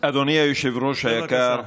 אדוני היושב-ראש היקר,